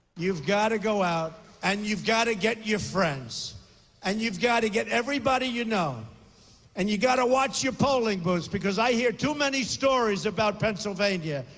you've got to go out and you've got to get your friends and you've got to get everybody you know and you've got to watch your polling booths because i hear too many stories about pennsylvania,